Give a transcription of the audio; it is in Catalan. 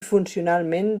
funcionalment